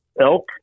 Elk